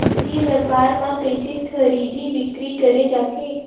ई व्यापार म कइसे खरीदी बिक्री करे जाथे?